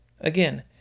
Again